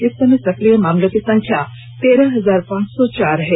इस समय सक्रिय मामलों की संख्या तेरह हजार पांच सौ चार है